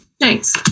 Thanks